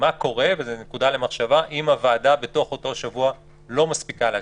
מה קורה וזו נקודה למחשבה אם הוועדה בתוך אותו שבוע לא מספיקה לאשר?